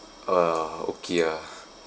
uh okay ah